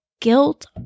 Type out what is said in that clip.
guilt